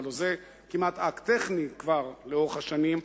הלוא זה כמעט אקט טכני כבר לאורך שנים,